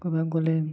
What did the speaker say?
କହିବାକୁ ଗଲେ